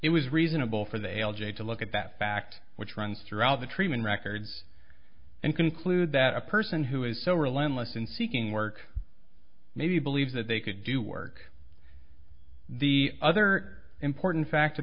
it was reasonable for the algae to look at that fact which runs throughout the treatment records and conclude that a person who is so relentless in seeking work maybe believes that they could do work the other important fact